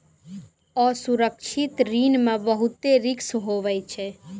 असुरक्षित ऋण मे बहुते रिस्क हुवै छै